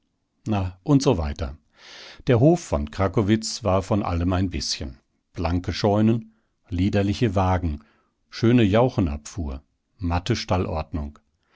na und so weiter der hof von krakowitz war von allem ein bißchen blanke scheunen liederliche wagen schöne jauchenabfuhr matte